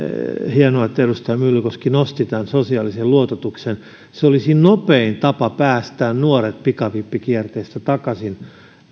hienoa että edustaja myllykoski nosti tämän sosiaalisen luototuksen esiin se olisi nopein tapa päästää nuoret pikavippikierteestä takaisin